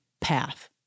path